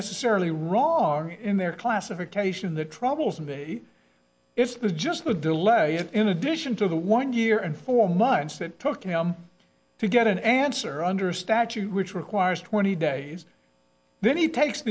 necessarily wrong in their classification that troubles me it was just the delay in addition to the one year and four months it took him to get an answer under statute which requires twenty days then he takes